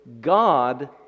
God